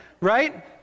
right